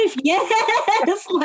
yes